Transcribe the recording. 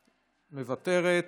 מוותרת,